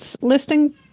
listing